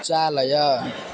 चालय